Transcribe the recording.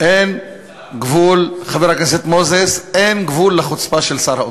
חבר הכנסת נסים, חבר הכנסת עפו אגבאריה,